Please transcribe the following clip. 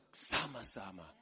sama-sama